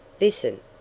Listen